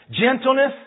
gentleness